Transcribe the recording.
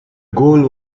goal